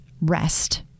rest